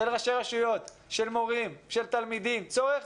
של ראשי רשויות, של מורים, של תלמידים, צורך